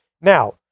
Now